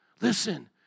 listen